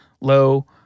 low